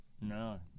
No